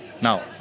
Now